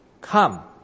Come